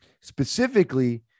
specifically